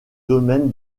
domaine